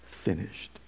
finished